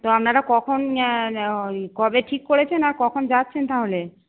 রান্নাটা কখন ওই কবে ঠিক করেছেন আর কখন যাচ্ছেন তাহলে